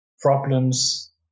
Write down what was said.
problems